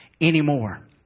anymore